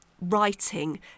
writing